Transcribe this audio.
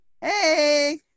Hey